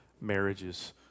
marriages